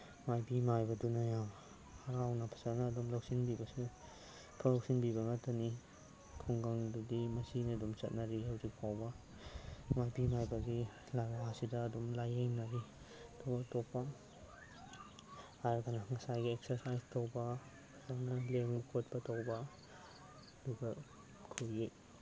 ꯃꯥꯏꯕꯤ ꯃꯥꯏꯕꯗꯨꯅ ꯌꯥꯝ ꯍꯔꯥꯎꯅ ꯐꯖꯅ ꯑꯗꯨꯝ ꯂꯧꯁꯟꯕꯤꯕꯁꯨ ꯐꯖꯅ ꯂꯧꯁꯤꯟꯕꯤꯕ ꯉꯥꯛꯇꯅꯤ ꯈꯨꯡꯒꯪꯗꯗꯤ ꯃꯁꯤꯅ ꯑꯗꯨꯝ ꯆꯠꯅꯔꯤ ꯍꯧꯖꯤꯛꯐꯥꯎꯕ ꯃꯥꯏꯕꯤ ꯃꯥꯏꯕꯒꯤ ꯂꯥꯏꯋꯥꯁꯤꯗ ꯑꯗꯨꯝ ꯂꯥꯏꯌꯦꯡꯅꯔꯤ ꯑꯇꯣꯞ ꯑꯇꯣꯞꯄ ꯍꯥꯏꯔꯒꯅ ꯉꯁꯥꯏꯒꯤ ꯑꯦꯛꯁꯔꯁꯥꯏꯁ ꯇꯧꯕ ꯇꯞꯅ ꯂꯦꯡ ꯈꯣꯠꯄ ꯇꯧꯕ ꯑꯗꯨꯒ ꯑꯩꯈꯣꯏꯒꯤ